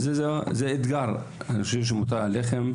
זה אתגר שמוטל עליכם,